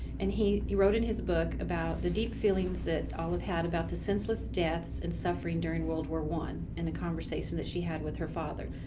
and he he wrote in his book about the deep feelings that olive had about the senseless deaths and suffering during world war i and the conversation that she had with her father.